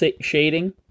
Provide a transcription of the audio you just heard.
shading